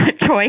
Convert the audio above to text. choice